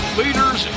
leaders